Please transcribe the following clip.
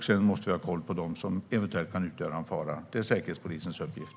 Sedan måste vi hålla koll på dem som eventuellt kan utgöra en fara. Det är Säkerhetspolisens uppgift.